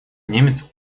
немец